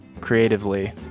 Creatively